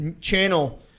channel –